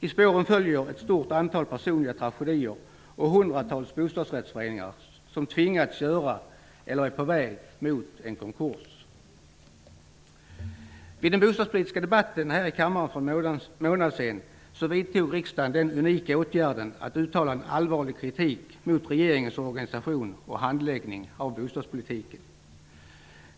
I spåren följer ett stort antal personliga tragedier och hundratals bostadsrättsföreningar som tvingats göra eller är på väg mot en konkurs. Vid den bostadspolitiska debatten här i kammaren för en månad sedan vidtog riksdagen den unika åtgärden att uttala en allvarlig kritik mot regeringens organisation och handläggning av bostadspolitiken.